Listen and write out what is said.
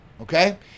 okay